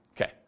Okay